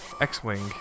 X-Wing